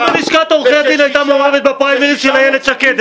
למה לשכת עורכי הדין הייתה מעורבת בפריימריז של איילת שקד,